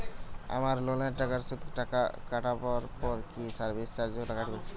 আমার লোনের টাকার সুদ কাটারপর কি সার্ভিস চার্জও কাটবে?